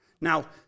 Now